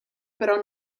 però